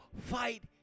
fight